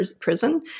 prison